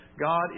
God